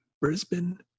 Brisbane